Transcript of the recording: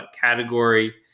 category